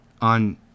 on